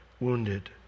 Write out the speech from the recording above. wounded